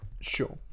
Sure